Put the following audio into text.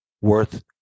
worth